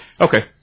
Okay